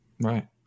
right